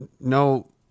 no